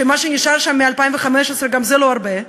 שמה שנשאר שם מ-2015, גם זה לא הרבה,